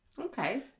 Okay